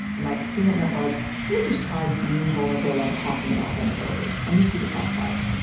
and my experiment was let me just try being vulnerable while talking about vulnerability. let me see what that's like.